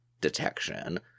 detection